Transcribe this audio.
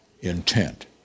intent